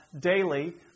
Daily